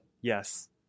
Yes